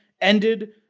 ended